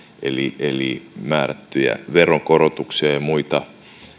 eli eli määrättyjä veronkorotuksia ja muita